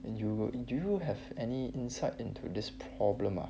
and you will do you have any insight into this problem ah